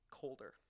colder